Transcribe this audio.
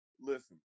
Listen